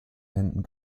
händen